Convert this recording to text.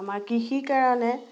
আমাৰ কৃষিৰ কাৰণে